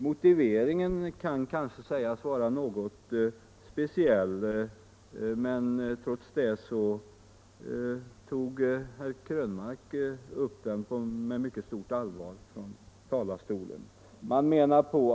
Motiveringen kan kanske sägas vara något speciell, men trots det tog herr Krönmark upp den med mycket stort allvar från talarstolen.